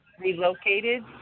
relocated